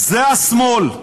זה השמאל.